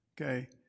Okay